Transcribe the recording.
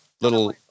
little